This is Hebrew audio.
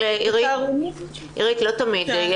עירית, לא תמיד.